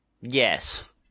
Yes